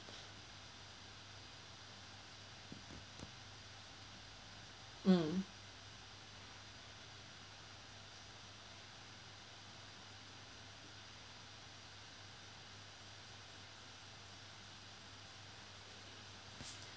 mm